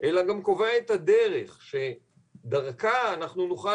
אלא גם קובע את הדרך שדרכה אנחנו נוכל